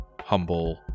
humble